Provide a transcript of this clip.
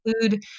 include